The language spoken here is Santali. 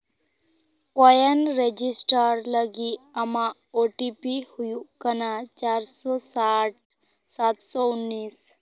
ᱠᱚᱭᱮᱱ ᱨᱮᱡᱤᱥᱴᱟᱨ ᱞᱟᱹᱜᱤᱫ ᱟᱢᱟᱜ ᱳ ᱴᱤ ᱯᱤ ᱦᱩᱭᱩᱜ ᱠᱟᱱᱟ ᱪᱟᱨᱥᱚ ᱥᱟᱴ ᱥᱟᱛ ᱥᱚ ᱩᱱᱤᱥ